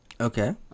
Okay